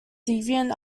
deviant